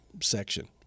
section